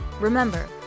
remember